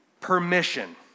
permission